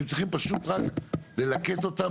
אתם צריכים רק פשוט ללקט אותם,